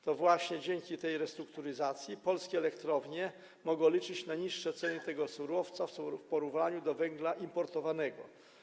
To właśnie dzięki tej restrukturyzacji polskie elektrownie mogą liczyć na niższe ceny tego surowca w porównaniu do cen węgla importowanego.